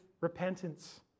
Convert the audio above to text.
repentance